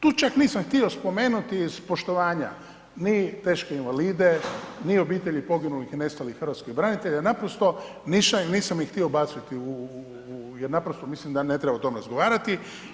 Tu čak nisam htio spomenuti iz poštovanja ni teške invalide, ni obitelji poginulih i nestalih hrvatskih branitelja naprosto nisam ih htio ubaciti u, jer naprosto mislim da ne treba o tome razgovarati.